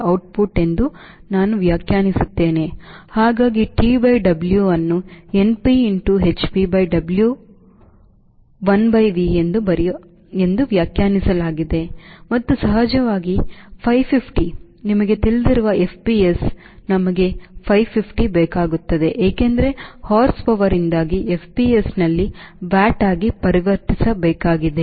ಹೀಗಾಗಿ TW ಅನ್ನು np into hp by W 1 by V ಎಂದು ವ್ಯಾಖ್ಯಾನಿಸಲಾಗಿದೆ ಮತ್ತು ಸಹಜವಾಗಿ 550 ನಿಮಗೆ ತಿಳಿದಿರುವ FPS ನಮಗೆ 550 ಬೇಕಾಗುತ್ತದೆ ಏಕೆಂದರೆ horsepowerಯಿಂದಾಗಿ FPSನಲ್ಲಿ ವ್ಯಾಟ್ ಆಗಿ ಪರಿವರ್ತಿಸಬೇಕಾಗಿದೆ